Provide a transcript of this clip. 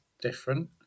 different